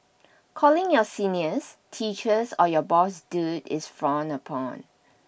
calling your seniors teachers or your boss dude is frowned upon